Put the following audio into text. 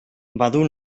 badu